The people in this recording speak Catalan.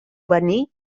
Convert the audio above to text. venir